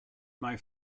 may